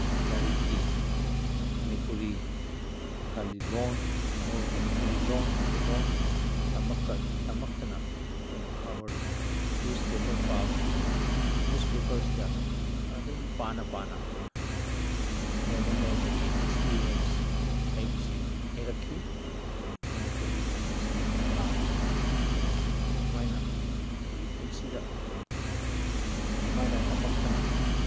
ꯂꯥꯏꯔꯤꯛꯀꯤ ꯃꯅꯤꯄꯨꯔꯤ ꯕꯦꯡꯒꯥꯂꯤ ꯂꯣꯟ ꯑꯣꯔ ꯃꯅꯤꯄꯨꯔꯤ ꯂꯣꯟ ꯃꯩꯇꯩꯂꯣꯟꯁꯦ ꯇꯝꯃꯛꯇꯅ ꯑꯩꯈꯣꯏꯅ ꯈꯕꯔ ꯅ꯭ꯌꯨꯖꯄꯦꯄꯔ ꯄꯥꯕ ꯐꯪꯉꯤ ꯅ꯭ꯌꯨꯖꯄꯦꯄꯔꯁꯤꯗ ꯑꯗꯨꯝ ꯄꯥꯅ ꯄꯥꯅ ꯅꯣꯡꯃ ꯅꯣꯡꯃꯒꯤ ꯑꯦꯛꯁꯄꯤꯔꯤꯌꯦꯟꯁ ꯍꯥꯏꯕꯁꯤ ꯍꯩꯔꯛꯈꯤ ꯑꯗꯨꯒ ꯃꯅꯤꯄꯨꯔꯤ ꯂꯣꯟ ꯑꯁꯤ ꯉꯥꯡꯕꯁꯨ ꯍꯩꯔꯛꯈꯤ ꯁꯨꯃꯥꯏꯅ ꯑꯩꯈꯣꯏꯒꯤ ꯄꯨꯟꯁꯤꯗ ꯁꯨꯃꯥꯏꯅ ꯇꯝꯃꯛꯇꯅ